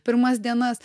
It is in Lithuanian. pirmas dienas